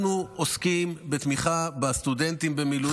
אנחנו עוסקים בתמיכה בסטודנטים במילואים,